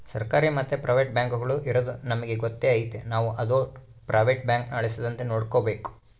ಸರ್ಕಾರಿ ಮತ್ತೆ ಪ್ರೈವೇಟ್ ಬ್ಯಾಂಕುಗುಳು ಇರದು ನಮಿಗೆ ಗೊತ್ತೇ ಐತೆ ನಾವು ಅದೋಟು ಪ್ರೈವೇಟ್ ಬ್ಯಾಂಕುನ ಅಳಿಸದಂತೆ ನೋಡಿಕಾಬೇಕು